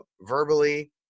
verbally